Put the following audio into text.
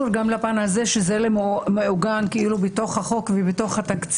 עלו השאלות של הנושא של התליה וחזרה מכתב